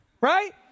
Right